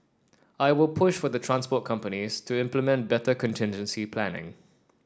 I will push for the transport companies to implement better contingency planning